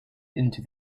into